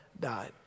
died